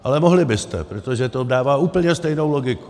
Ale mohli byste, protože to dává úplně stejnou logiku.